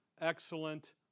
excellent